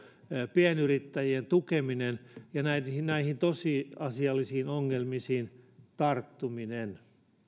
pienyrittäjien tukeminen ja näihin näihin tosiasiallisiin ongelmiin tarttuminen iso